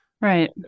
Right